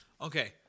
okay